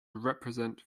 represent